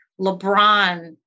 LeBron